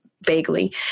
vaguely